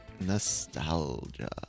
nostalgia